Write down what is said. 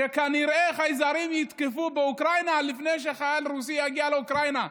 שכנראה חייזרים יתקפו באוקראינה לפני שחייל רוסי יגיע לאוקראינה.